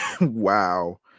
Wow